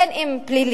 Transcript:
בין אם פלילי,